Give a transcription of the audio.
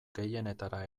gehienetara